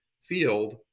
field